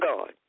God